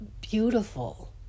beautiful